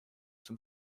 zum